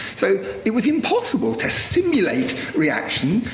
so it was impossible to simulate reaction,